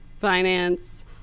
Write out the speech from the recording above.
finance